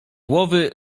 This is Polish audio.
głowy